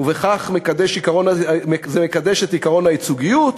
ובכך מקדש את עקרון הייצוגיות,